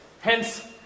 Hence